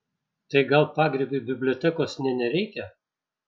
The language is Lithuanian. tai gal pagrybiui bibliotekos nė nereikia